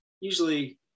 usually